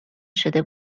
شده